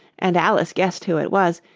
and alice guessed who it was,